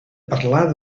parlar